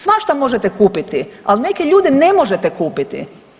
Svašta možete kupiti, ali neke ljude ne možete kupiti.